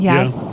Yes